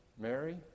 Mary